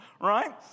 right